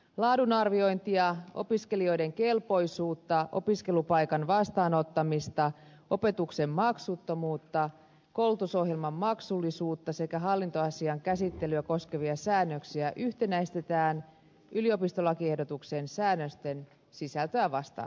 laadunarviointia opiskelijoiden kelpoisuutta opiskelupaikan vastaanottamista opetuksen maksuttomuutta koulutusohjelman maksullisuutta sekä hallintoasian käsittelyä koskevia säännöksiä yhtenäistetään yliopistolakiehdotuksen säännösten sisältöä vastaaviksi